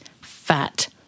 fat